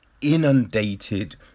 inundated